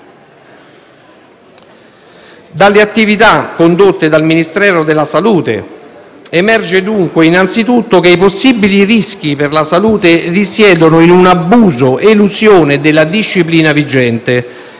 Dalle attività condotte dal Ministero della salute emerge dunque, innanzitutto, che i possibili rischi per la salute risiedono in un abuso nell'elusione della disciplina vigente